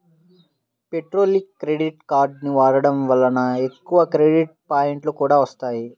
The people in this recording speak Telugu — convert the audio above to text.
పెట్రోల్కి క్రెడిట్ కార్డుని వాడటం వలన ఎక్కువ క్రెడిట్ పాయింట్లు కూడా వత్తాయి